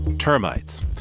Termites